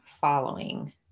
following